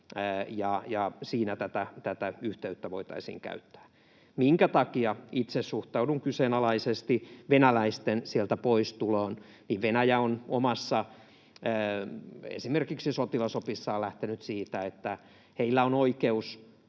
siinä tätä yhteyttä voitaisiin käyttää. Minkä takia itse suhtaudun kyseenalaisesti venäläisten sieltä pois tuloon? Niin, Venäjä on esimerkiksi omassa sotilasopissaan lähtenyt siitä, että heillä on oikeus